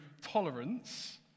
tolerance